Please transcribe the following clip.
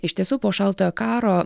iš tiesų po šaltojo karo